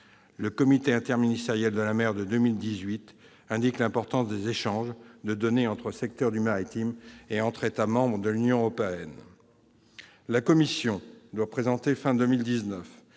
Le comité interministériel de la mer de 2018 indique l'importance des échanges de données entre secteurs du maritime et entre États membres de l'Union européenne. À la fin de 2019, la Commission doit présenter une